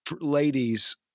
ladies